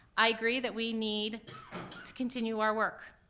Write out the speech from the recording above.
i agree that we need to continue our work.